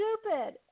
stupid